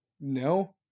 No